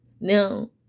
Now